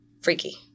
Freaky